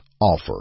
offer